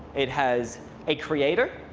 it has a creator,